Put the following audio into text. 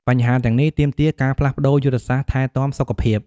បញ្ហាទាំងនេះទាមទារការផ្លាស់ប្តូរយុទ្ធសាស្ត្រថែទាំសុខភាព។